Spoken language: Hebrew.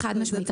חד-משמעית.